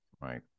Right